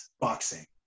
boxing